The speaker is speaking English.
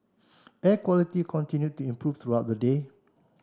air quality continued to improve throughout the day